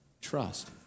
trust